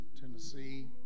Tennessee